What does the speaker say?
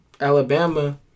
Alabama